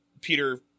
Peter